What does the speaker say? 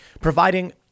providing